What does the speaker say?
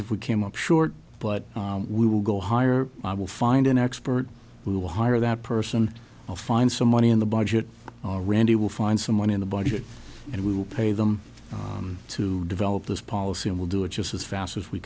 if we came up short but we will go higher i will find an expert who will hire that person or find some money in the budget or randy will find someone in the budget and we will pay them to develop this policy and we'll do it just as fast as we